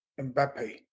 Mbappe